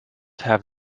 have